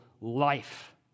life